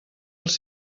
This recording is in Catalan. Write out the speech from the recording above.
els